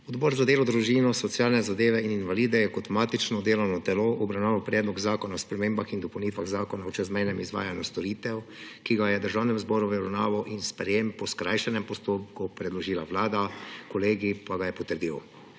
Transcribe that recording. Odbor za delo, družino, socialne zadeve in invalide je kot matično delovno telo obravnaval Predlog zakona o spremembah in dopolnitvah Zakona o čezmejnem izvajanju storitev, ki ga je Državnemu zboru v obravnavo in sprejem po skrajšanem postopku predložila Vlada, kolegij pa ga je potrdil.